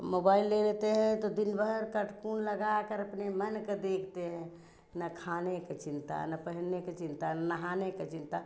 mobile ले लेते हैं तो दिनभर कटकून लगाकर अपने मन का देखते हैं ना खाने के चिंता ना पहनने के चिंता ना नहाने की चिंता